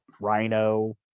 Rhino